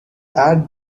add